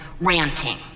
ranting